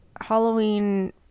Halloween